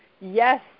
Yes